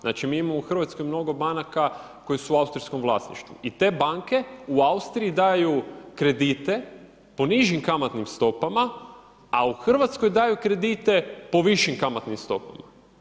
Znači mi imamo u Hrvatskoj mnogo banaka koje su u austrijskom vlasništvu i te banke u Austriji daje kredite po nižim kamatnim stopama a u Hrvatskoj daju kredite po višim kamatnim stopama.